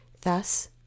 Thus